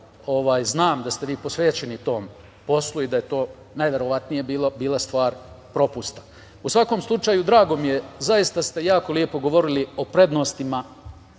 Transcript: znam da ste vi posvećeni tom poslu i da je to najverovatnije bila stvar propusta.U svakom slučaju, drago mi je, zaista ste jako lepo govorili o prednostima